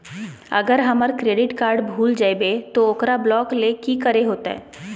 अगर हमर credit card भूल जइबे तो ओकरा ब्लॉक लें कि करे होते?